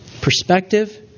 perspective